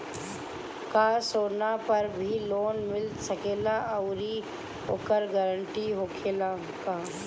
का सोना पर भी लोन मिल सकेला आउरी ओकर गारेंटी होखेला का?